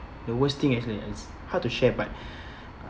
the worst thing actually is how to share but